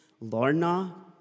Lorna